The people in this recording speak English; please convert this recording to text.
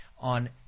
on